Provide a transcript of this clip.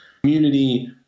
community